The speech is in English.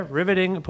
riveting